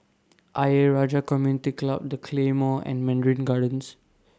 Ayer Rajah Community Club The Claymore and Mandarin Gardens